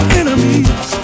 enemies